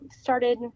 started